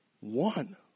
One